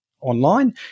online